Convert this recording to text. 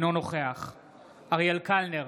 אינו נוכח אריאל קלנר,